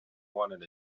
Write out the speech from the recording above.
wanted